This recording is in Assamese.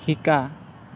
শিকা